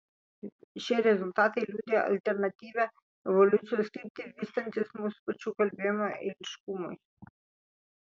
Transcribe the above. šie rezultatai liudija alternatyvią evoliucijos kryptį vystantis mūsų pačių kalbėjimo eiliškumui